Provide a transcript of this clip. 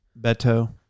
Beto